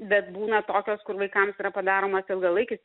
bet būna tokios kur vaikams yra padaromas ilgalaikis